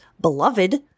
beloved